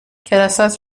کلاسهات